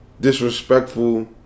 disrespectful